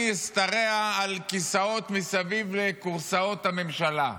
אשתרע על כיסאות מסביב לכורסאות הממשלה.